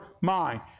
mind